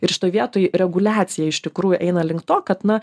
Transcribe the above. ir šitoj vietoj reguliacija iš tikrųjų eina link to kad na